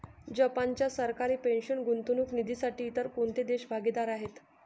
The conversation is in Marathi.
जपानच्या सरकारी पेन्शन गुंतवणूक निधीसाठी इतर कोणते देश भागीदार आहेत?